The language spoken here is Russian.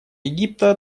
египта